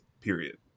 period